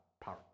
Power